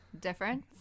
Difference